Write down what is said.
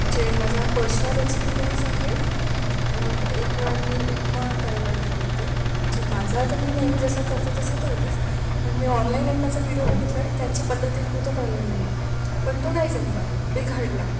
जे माझा personal experience आहे एक वेळा मी उपमा करायला गेले होते म्हणजे माझा तर मी नेहमी जसा करते तसा करतेच पण मी ऑनलाईन एकाचा व्हिडिओ बघितला आणि त्यांच्या पद्धतीने मी तो करायला गेले पण तो नाही जमला बिघडला